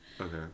Okay